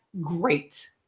great